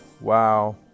wow